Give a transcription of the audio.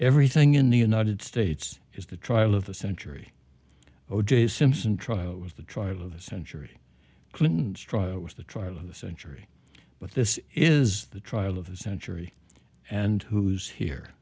everything in the united states is the trial of the century o j simpson trial was the trial of a century clinton's trial was the trial of the century but this is the trial of the century and who's here